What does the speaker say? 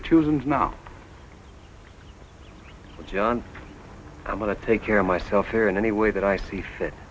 and now john i'm going to take care of myself here in any way that i see fit